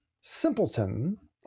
Simpleton